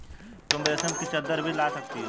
तुम रेशम की चद्दर भी ला सकती हो